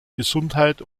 gesundheit